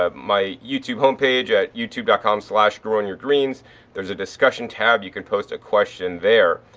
um my youtube homepage at youtube dot com slash growingyourgreens there's a discussion tab, you could post a question there.